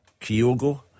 Kyogo